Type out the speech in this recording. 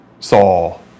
Saul